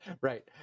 Right